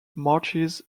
marshes